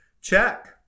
Check